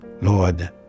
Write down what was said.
Lord